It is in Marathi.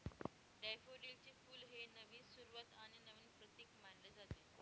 डॅफोडिलचे फुल हे नवीन सुरुवात आणि नवीन प्रतीक मानले जाते